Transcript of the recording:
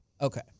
Okay